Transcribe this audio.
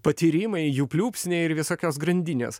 patyrimai jų pliūpsniai ir visokios grandinės